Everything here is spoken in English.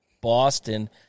Boston